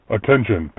Attention